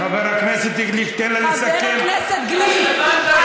חבר הכנסת גליק,